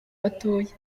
batoya